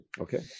Okay